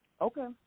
Okay